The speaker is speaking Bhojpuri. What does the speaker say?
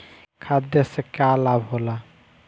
खाद्य से का लाभ होला?